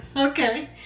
Okay